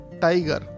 Tiger